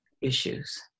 issues